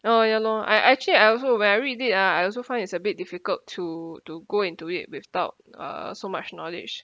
oh ya lor I actually I also when I read it ah I also find it's a bit difficult to to go into it without uh so much knowledge